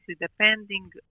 depending